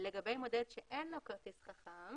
לגבי מודד שאין לו כרטיס חכם